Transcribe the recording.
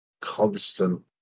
constant